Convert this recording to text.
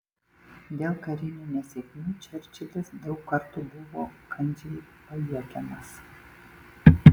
dėl karinių nesėkmių čerčilis daug kartų buvo kandžiai pajuokiamas